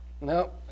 No